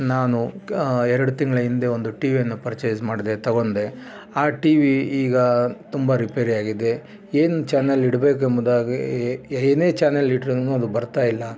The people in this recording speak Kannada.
ನಾನು ಎರಡು ತಿಂಗಳ ಹಿಂದೆ ಒಂದು ಟಿ ವಿಯನ್ನು ಪರ್ಚೇಸ್ ಮಾಡಿದೆ ತಗೊಂಡೆ ಆ ಟಿ ವಿ ಈಗ ತುಂಬ ರಿಪೇರಿಯಾಗಿದೆ ಏನು ಚಾನೆಲ್ ಇಡಬೇಬೇಕೆಂಬುದಾಗಿ ಏನೇ ಚಾನೆಲ್ ಇಟ್ರು ಅದು ಬರ್ತಾಯಿಲ್ಲ